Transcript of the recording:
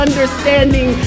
understanding